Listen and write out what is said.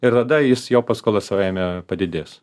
ir tada jis jo paskola savaime padidės